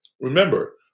remember